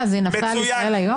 --- ישראל היום.